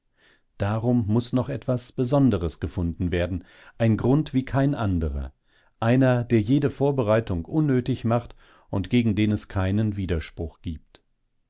darum muß noch etwas besonderes gefunden werden ein grund wie kein anderer einer der jede vorbereitung unnötig macht und gegen den es keinen widerspruch gibt